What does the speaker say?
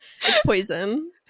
poison